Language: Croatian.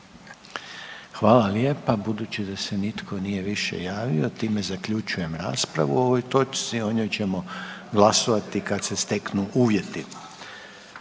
Hvala lijepo. Budući da se nitko nije više javio, time zaključujem raspravu o ovoj točci, o njoj ćemo glasovati kad se steknu uvjeti.